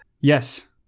Yes